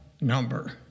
number